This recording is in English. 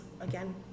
Again